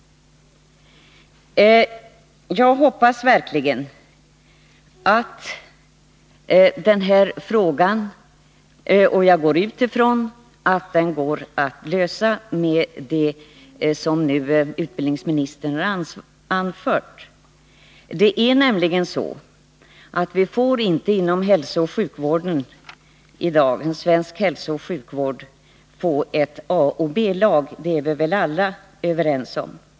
Jag hoppas och utgår ifrån att frågan går att lösa på det sätt utbildningsministern har anfört. Det är nämligen viktigt att vi inom den svenska hälsooch sjukvården inte får ett A och ett B-lag — det är väl alla överens om.